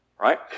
Right